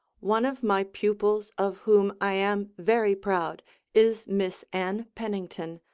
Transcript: one of my pupils of whom i am very proud is miss ann pennington,